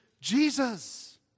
Jesus